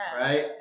right